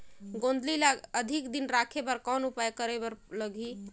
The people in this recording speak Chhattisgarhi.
गोंदली ल अधिक दिन राखे बर कौन उपाय करे बर लगही?